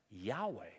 Yahweh